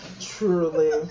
Truly